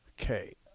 Okay